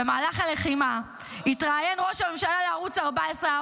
במהלך הלחימה התראיין ראש הממשלה לערוץ 14,